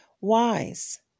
Wise